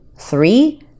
three